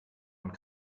und